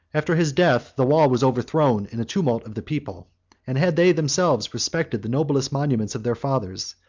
after his death, the wall was overthrown in a tumult of the people and had they themselves respected the noblest monument of their fathers,